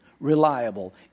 reliable